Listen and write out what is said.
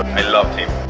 i love you